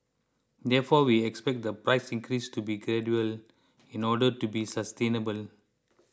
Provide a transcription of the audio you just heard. therefore we expect the price increase to be gradual in order to be sustainable